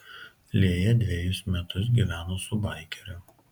lėja dvejus metus gyveno su baikeriu